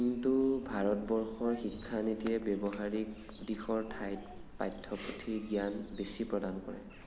কিন্তু ভাৰতবৰ্ষৰ শিক্ষানীতিয়ে ব্যৱহাৰিক দিশৰ ঠাইত পাঠ্য়পুথিৰ জ্ঞান বেছি প্ৰদান কৰে